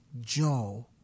Joe